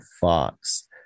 Fox